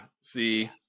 see